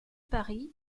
paris